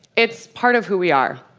it's part of who we are.